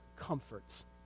comforts